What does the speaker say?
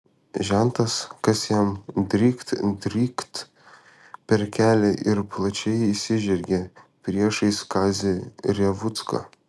žentas kas jam drykt drykt per kelią ir plačiai išsižergė priešais kazį revucką